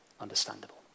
understandable